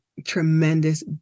Tremendous